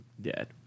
Dead